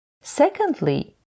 Secondly